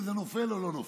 וזה נופל או לא נופל.